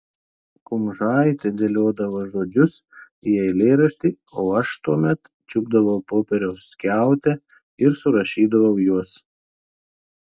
kumžaitė dėliodavo žodžius į eilėraštį o aš tuomet čiupdavau popieriaus skiautę ir surašydavau juos